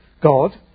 God